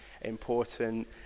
important